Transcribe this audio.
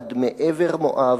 עד מעבר מואב,